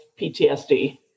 PTSD